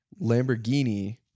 Lamborghini